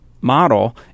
model